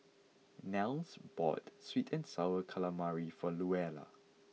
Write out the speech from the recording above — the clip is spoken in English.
Nels bought Sweet and Sour Calamari for Luella